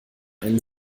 ein